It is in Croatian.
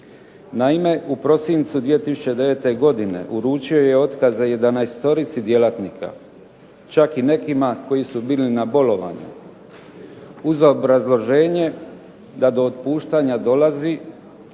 Naime, u prosincu 2009. godine uručio je otkaze 11-orici djelatnika, čak i nekima koji su bili na bolovanju, uz obrazloženje da do otpuštanja dolazi